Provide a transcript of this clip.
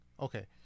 Okay